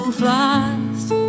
flies